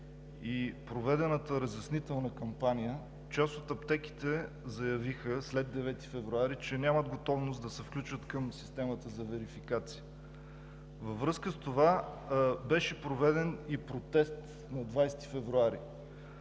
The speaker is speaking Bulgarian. и проведената разяснителна кампания, част от аптеките заявиха след 9 февруари, че нямат готовност да се включат към системата за верификация. Във връзка с това на 20 февруари